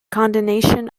condemnation